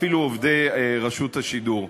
אפילו עובדי רשות השידור.